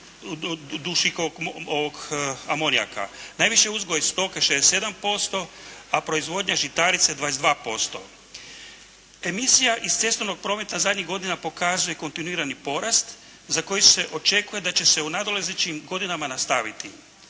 dušikovog amonijaka. Najviše uzgoj stoke 67%, a proizvodnja žitarica 22%. Emisija iz cestovnog prometa zadnjih godina pokazuje kontinuirani porast za koji se očekuje da će se u nadolazećim godinama nastaviti,